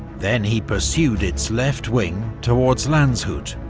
then he pursued its left wing towards landshut,